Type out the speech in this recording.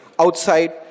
outside